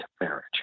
marriage